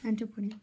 आंजी